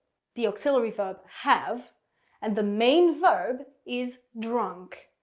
the auxiliary verb have and the main verb is drunk.